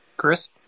Chris